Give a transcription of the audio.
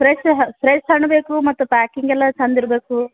fresh ಹ fresh ಹಣ್ಣು ಬೇಕು ಮತ್ತು ಪ್ಯಾಕಿಂಗ್ ಎಲ್ಲ ಚಂದಿರಬೇಕು